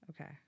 Okay